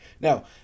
now